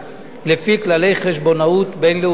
לפי כללי חשבונאות בין-לאומיים.